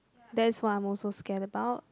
that's what I'm also scared about